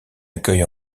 accueille